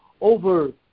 over